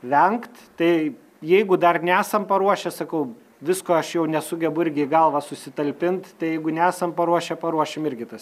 vengt tai jeigu dar nesam paruošę sakau visko aš jau nesugebu irgi į galvą susitalpint tai jeigu nesam paruošę paruošim irgi tas